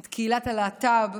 את קהילת הלהט"ב.